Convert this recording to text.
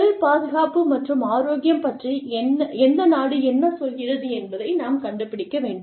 தொழில் பாதுகாப்பு மற்றும் ஆரோக்கியம் பற்றி எந்த நாடு என்ன சொல்கிறது என்பதை நாம் கண்டுபிடிக்க வேண்டும்